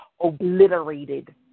obliterated